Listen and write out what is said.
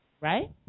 right